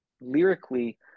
Lyrically